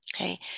Okay